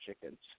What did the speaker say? chickens